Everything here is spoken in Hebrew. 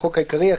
החוק העיקרי)‏,